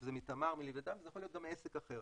אם זה מתמר או מלווייתן וזה יכול להיות גם עסק אחר.